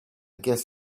guess